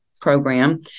program